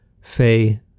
Faye